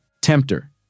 Tempter